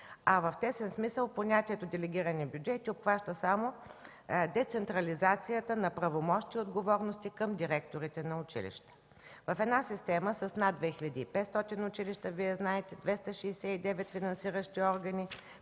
А в тесен смисъл понятието „делегирани бюджети” обхваща само децентрализацията на правомощия и отговорности към директорите на училища. В една система с над 2500 училища, Вие знаете, 269 финансиращи органи,